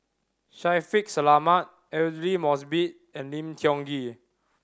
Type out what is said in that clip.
Shaffiq Selamat Aidli Mosbit and Lim Tiong Ghee